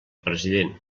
president